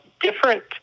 different